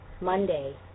Monday